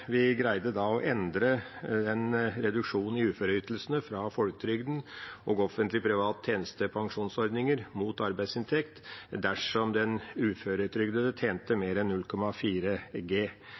vi greide å endre en reduksjon i uføreytelsene fra folketrygden og offentlige og private tjenestepensjonsordninger mot arbeidsinntekt dersom den uføretrygdede tjente mer enn